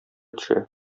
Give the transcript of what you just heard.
төшә